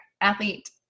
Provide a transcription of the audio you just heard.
athlete